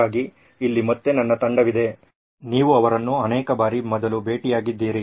ಹಾಗಾಗಿ ಇಲ್ಲಿ ಮತ್ತೆ ನನ್ನ ತಂಡವಿದೆ ನೀವು ಅವರನ್ನು ಅನೇಕ ಬಾರಿ ಮೊದಲು ಭೇಟಿಯಾಗಿದ್ದೀರಿ